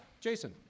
Jason